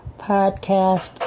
podcast